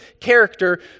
character